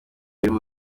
urimo